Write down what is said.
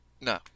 No